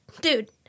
dude